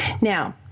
Now